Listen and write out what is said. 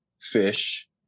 Fish